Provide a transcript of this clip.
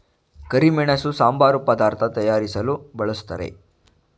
ಕರಿಮೆಣಸು ಸಾಂಬಾರು ಪದಾರ್ಥ ತಯಾರಿಸಲು ಬಳ್ಸತ್ತರೆ